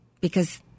because-